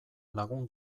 lagun